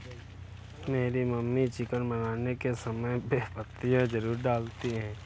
मेरी mummy chicken बनाने के समय बे पत्तियां जरूर डालती हैं